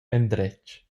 endretg